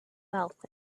wealth